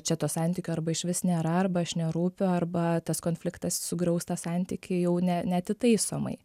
čia to santykio arba išvis nėra arba aš nerūpiu arba tas konfliktas sugriaus tą santykį jau ne neatitaisomai